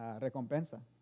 recompensa